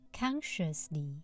Consciously